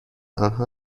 آنها